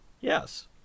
yes